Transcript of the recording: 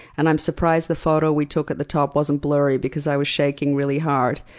and i'm surprised the photo we took at the top wasn't blurry, because i was shaking really hard.